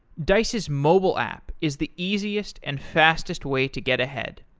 dice's mobile app is the easiest and fastest way to get ahead.